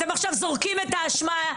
אתם עכשיו זורקים את האשמה על הנשיאים.